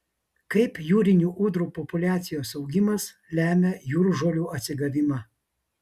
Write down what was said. kaip jūrinių ūdrų populiacijos augimas lemia jūržolių atsigavimą